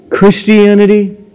Christianity